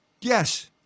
Yes